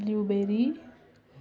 blueberry